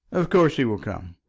of course he will come.